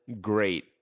great